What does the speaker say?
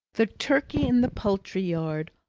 the turkey in the poultry-yard,